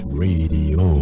radio